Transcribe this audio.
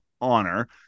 honor